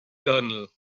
colonel